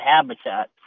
habitat